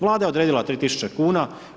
Vlada je odredila 3000 kn.